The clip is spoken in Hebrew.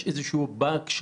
יש שם איזשהו באג,